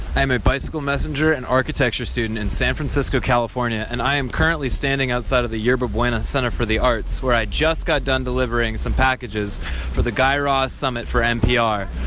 i'm a bicycle messenger and architecture student in san francisco, calif. and and i am currently standing outside of the yerba buena center for the arts, where i just got done delivering some packages for the guy raz summit for npr.